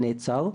נעצר.